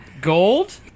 Gold